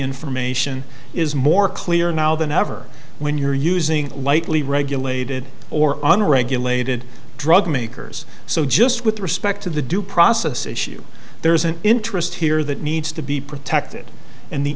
information is more clear now than ever when you're using lightly regulated or unregulated drug makers so just with respect to the due process issue there is an interest here that needs to be protected and the